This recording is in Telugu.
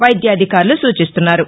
వైద్యాధికారులు సూచిస్తున్నారు